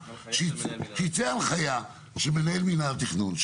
שתצא הנחיה של מנהל מינהל תכנון,